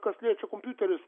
kas liečia kompiuterius